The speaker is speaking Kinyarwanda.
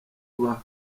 ubaha